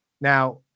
Now